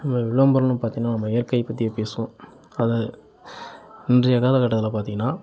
இந்த விளம்பரன்னு பார்த்திங்கன்னா நம்ம இயற்கை பற்றியே பேசுவோம் அது இன்றைய காலகட்டத்தில் பார்த்திங்கன்னா